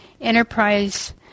enterprise